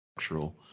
structural